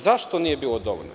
Zašto nije bilo dovoljno?